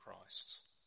Christ